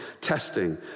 testing